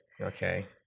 Okay